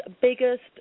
biggest